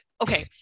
okay